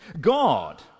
God